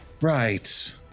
Right